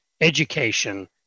education